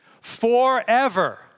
Forever